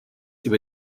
über